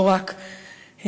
ולא רק אנחנו,